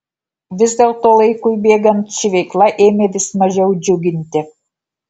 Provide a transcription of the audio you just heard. vis dėlto laikui bėgant ši veikla ėmė vis mažiau džiuginti